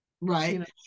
right